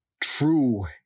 true